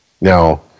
Now